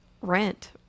rent